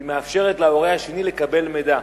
והיא מאפשרת להורה השני לקבל מידע.